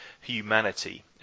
humanity